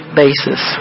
basis